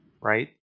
right